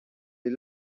les